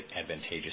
advantageous